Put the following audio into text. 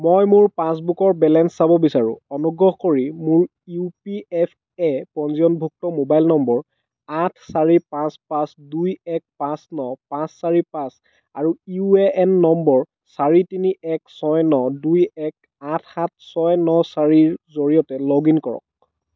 মই মোৰ পাছবুকৰ বেলেঞ্চ চাব বিচাৰোঁ অনুগ্ৰহ কৰি মোৰ ইউ পি এফ এ পঞ্জীয়নভুক্ত মোবাইল নম্বৰ আঠ চাৰি পাঁচ পাঁচ দুই এক পাঁচ ন পাঁচ চাৰি পাঁচ আৰু ইউ এ এন নম্বৰ চাৰি তিনি এক ছয় ন দুই এক আঠ সাত ছয় ন চাৰিৰ জৰিয়তে লগ ইন কৰক